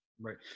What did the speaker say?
Right